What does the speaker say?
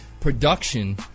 production